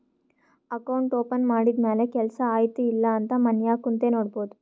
account open ಮಾಡಿದ ಮ್ಯಾಲ ಕೆಲ್ಸಾ ಆಯ್ತ ಇಲ್ಲ ಅಂತ ಮನ್ಯಾಗ್ ಕುಂತೆ ನೋಡ್ಬೋದ್